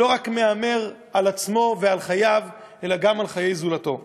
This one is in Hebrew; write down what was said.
הוא לא מהמר רק על עצמו ועל חייו אלא גם על חיי זולתו.